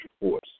force